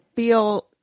Feel